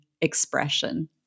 expression